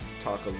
talk